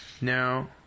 No